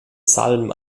salm